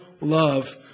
love